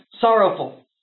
sorrowful